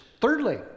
Thirdly